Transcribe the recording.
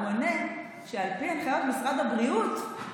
הוא עונה, שעל פי הנחיות משרד הבריאות, כלומר,